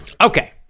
Okay